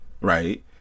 right